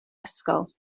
ysgol